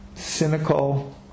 cynical